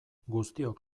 guztiok